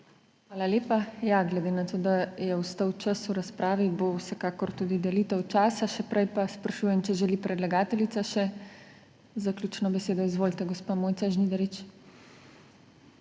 Hvala lepa. Glede na to, da je ostal čas v razpravi, bo vsekakor tudi delitev časa. Še prej pa sprašujem, ali želi še predlagateljica zaključno besedo. (Da.) Izvolite, gospa Mojca Žnidarič.